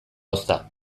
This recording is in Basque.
ozta